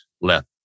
left